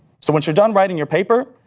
so once you're done writing your paper,